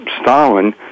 Stalin